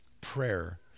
Prayer